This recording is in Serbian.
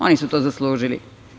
Oni su to zaslužili.